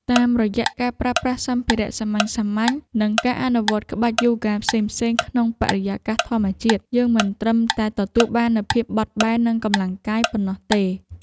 តាមរយៈការប្រើប្រាស់សម្ភារៈសាមញ្ញៗ និងការអនុវត្តក្បាច់យូហ្គាផ្សេងៗក្នុងបរិយាកាសធម្មជាតិ យើងមិនត្រឹមតែទទួលបាននូវភាពបត់បែន និងកម្លាំងកាយប៉ុណ្ណោះទេ។